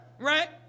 right